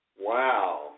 Wow